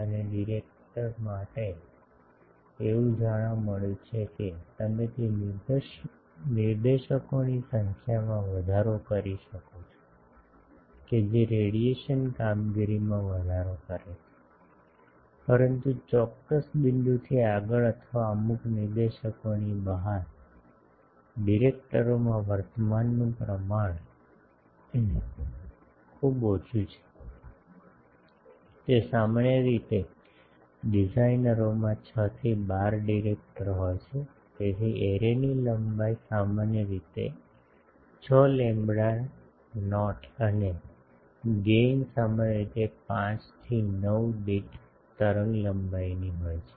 અને ડિરેક્ટર્સ માટે એવું જાણવા મળ્યું છે કે તમે તે નિર્દેશકોની સંખ્યામાં વધારો કરી શકો છો કે જે રેડિયેશન કામગીરીમાં વધારો કરે છે પરંતુ ચોક્કસ બિંદુથી આગળ અથવા અમુક નિર્દેશકોની બહાર ડિરેક્ટરમાં વર્તમાનનું પ્રમાણ ખૂબ ઓછું છે તે સામાન્ય રીતે ડિઝાઇનરોમાં 6 થી 12 ડિરેક્ટર હોય છે તેથી એરેની લંબાઈ સામાન્ય રીતે 6 લેમ્બડાની નોટ અને ગેઇન સામાન્ય રીતે 5 થી 9 દીઠ તરંગલંબાઇની હોય છે